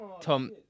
Tom